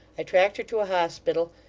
i tracked her to a hospital,